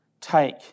take